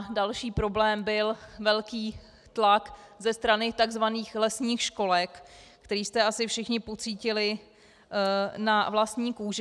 Další problém byl velký tlak ze strany tzv. lesních školek, který jste asi všichni pocítili na vlastní kůži.